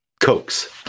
cokes